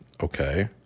okay